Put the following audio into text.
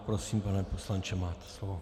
Prosím, pane poslanče, máte slovo.